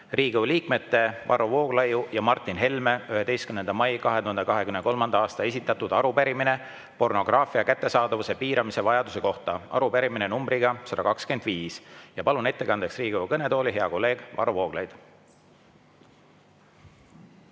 Riigikogu liikmete Varro Vooglaiu ja Martin Helme 11. mail 2023. aastal esitatud arupärimine pornograafia kättesaadavuse piiramise vajaduse kohta, arupärimine numbriga 125. Palun ettekandeks Riigikogu kõnetooli hea kolleegi Varro Vooglaiu.